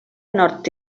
nord